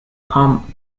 pump